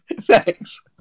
Thanks